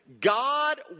God